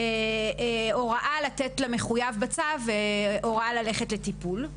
לתת למחויב בצו הוראה ללכת לטיפול.